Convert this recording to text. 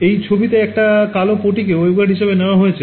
এই ছবিতে একটা কালো পটিকে waveguide হিসেবে নেওয়া হয়েছে